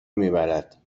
میبرد